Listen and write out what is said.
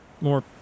more